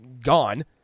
gone